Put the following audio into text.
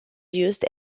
used